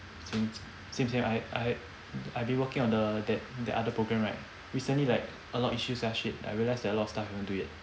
same same same I I I've been working on the that that other program right recently like a lot of issues sia shit I realised that a lot of stuff haven't do yet